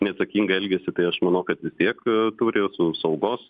neatsakingai elgiasi tai aš manau kad vis tiek turi su saugos